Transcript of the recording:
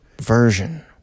version